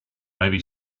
maybe